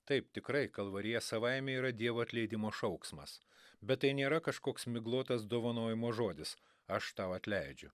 taip tikrai kalvarija savaime yra dievo atleidimo šauksmas bet tai nėra kažkoks miglotas dovanojimo žodis aš tau atleidžiu